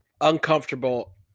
uncomfortable